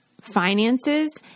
finances